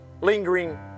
lingering